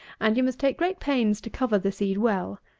and you must take great pains to cover the seed well.